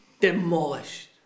demolished